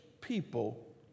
people